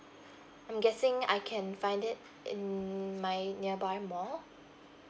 I'm guessing I can find it in my nearby mall